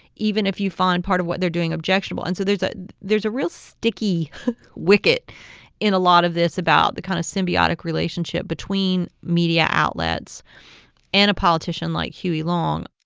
even if you find part of what they're doing objectionable and so there's ah there's a real sticky wicket in a lot of this about the kind of symbiotic relationship between media outlets and a politician like huey long.